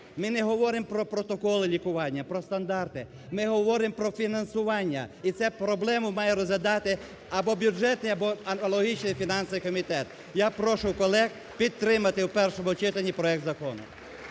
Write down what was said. ми говоримо про протоколи лікування, про стандарти, ми говоримо про фінансування. І це проблему має розглядати або бюджетний, або аналогічний фінансовий комітет. Я прошу колег підтримати в першому читанні проект закону.